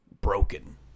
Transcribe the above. broken